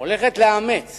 הולכת לאמץ